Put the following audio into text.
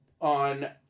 on